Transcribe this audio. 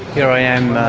here i am